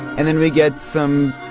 and then we get some